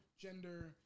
gender